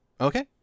Okay